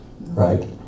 right